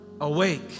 awake